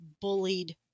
bullied